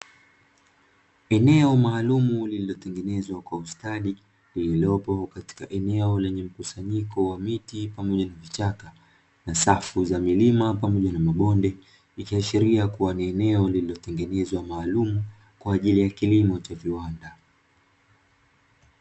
Eneo maalumu lililotengenezwa kwa ustadi, lililopo katika eneo lenye mkusanyiko wa miti pamoja na vichaka. Na safu za milima pamoja na mabonde, ikiashiria kuwa ni eneo lililotengenezwa maalumu kwa ajili ya vilimo vya viwanda.